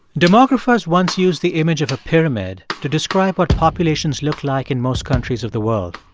demographers once used the image of a pyramid to describe what populations look like in most countries of the world.